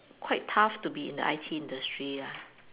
quite tough to be in the I_T industry lah